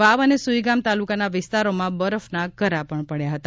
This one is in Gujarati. વાવ અને સુઈગામ તાલુકાના વિસ્તારોમાં બરફના કરા પડયા હતા